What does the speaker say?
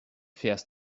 fährst